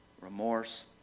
remorse